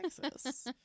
Texas